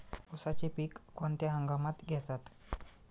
उसाचे पीक कोणत्या हंगामात घेतात?